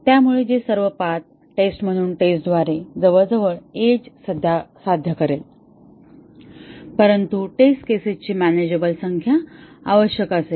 त्यामुळे जे सर्व पाथ टेस्ट म्हणून टेस्टद्वारे जवळजवळ एज साध्य करेल परंतु टेस्ट केसेसची मॅनेजेबल संख्या आवश्यक असेल